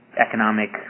economic